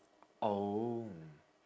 oh